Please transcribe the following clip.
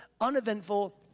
uneventful